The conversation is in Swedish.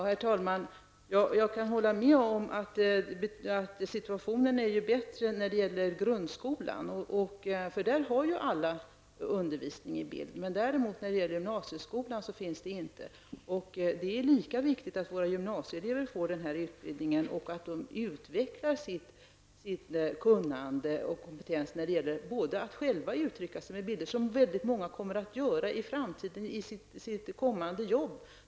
Herr talman! Jag kan hålla med om att situationen är bättre när det gäller grundskolan. Där har ju alla undervisning i bild, men däremot finns det inte i gymnasieskolan. Det är lika viktigt att våra gymnasieelever får den här utbildningen och att de utvecklar sitt kunnande och sin kompetens att uttrycka sig med bilder. Det kommer många att göra i framtiden i sitt kommande jobb.